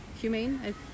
humane